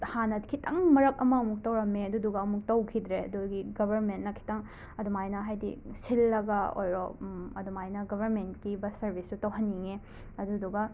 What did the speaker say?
ꯍꯥꯟꯅꯗꯤ ꯈꯤꯇꯪ ꯃꯔꯛ ꯑꯃꯃꯨꯛ ꯇꯧꯔꯝꯃꯦ ꯑꯗꯨꯗꯨꯒ ꯑꯃꯨꯛ ꯇꯧꯈꯤꯗ꯭ꯔꯦ ꯑꯗꯨꯒꯤ ꯒꯕꯔꯃꯦꯟꯠꯅ ꯈꯤꯇꯪ ꯑꯗꯨꯃꯥꯏꯅ ꯍꯥꯏꯗꯤ ꯁꯤꯜꯂꯒ ꯑꯣꯏꯔꯣ ꯑꯗꯨꯃꯥꯏꯅ ꯒꯕꯔꯃꯦꯟꯠꯀꯤ ꯕꯁ ꯁꯔꯕꯤꯁꯁꯨ ꯇꯧꯍꯟꯅꯤꯡꯉꯦ ꯑꯗꯨꯗꯨꯒ